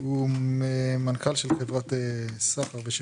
מנכ"ל חברת סחר ושירותים.